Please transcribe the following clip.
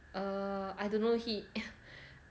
err I don't know he